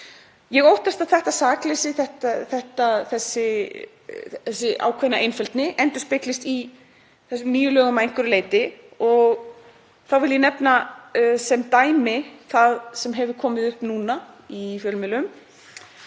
Ég óttast að þetta sakleysi, þessi ákveðna einfeldni, endurspeglist í þessum nýju lögum að einhverju leyti. Þá vil ég nefna sem dæmi það sem hefur komið upp núna í fjölmiðlum